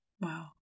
Wow